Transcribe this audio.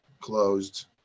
closed